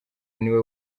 niwe